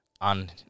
on